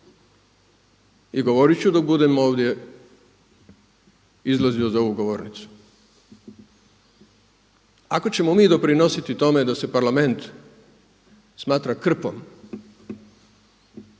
i govorit ću dok budem ovdje izlazio za ovu govornicu. Ako ćemo mi doprinositi tome da se Parlament smatra krpom,